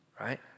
right